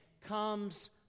comes